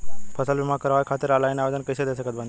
फसल बीमा करवाए खातिर ऑनलाइन आवेदन कइसे दे सकत बानी?